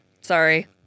Sorry